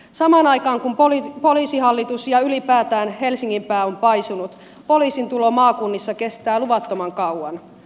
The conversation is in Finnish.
samaan aikaan kun poliisihallitus ja ylipäätään helsingin pää on paisunut poliisin tulo maakunnissa kestää luvattoman kauan